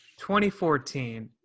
2014